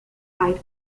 fight